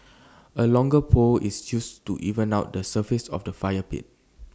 A longer pole is used to even out the surface of the fire pit